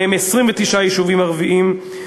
בהם 29 יישובים ערביים.